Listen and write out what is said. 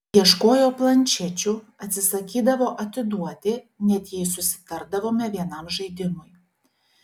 ieškojo planšečių atsisakydavo atiduoti net jei susitardavome vienam žaidimui